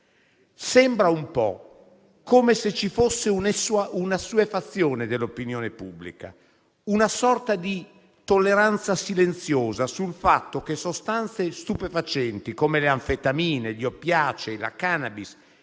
Sembra un po' come se ci fosse un'assuefazione dell'opinione pubblica, una sorta di tolleranza silenziosa sul fatto che sostanze stupefacenti come le anfetamine, gli oppiacei, la *cannabis*